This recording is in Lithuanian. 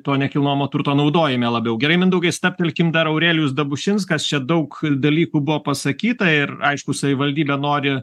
to nekilnojamo turto naudojime labiau gerai mindaugai stabtelkim dar aurelijus dabušinskas čia daug dalykų buvo pasakyta ir aišku savivaldybė nori